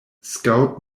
scout